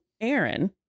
Aaron